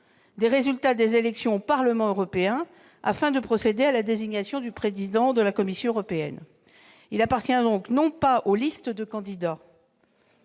des résultats des élections au Parlement européen afin de procéder à la désignation du président de la Commission européenne. Il appartient donc non pas aux listes de candidats,